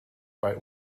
bei